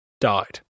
died